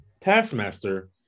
Taskmaster